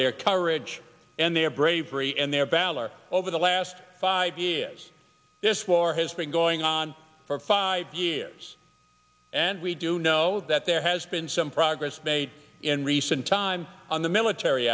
their courage and their bravery and their balor over the last five years this war has been going on for five years and we do know that there has been some progress made in recent times on the military